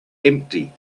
empty